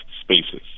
spaces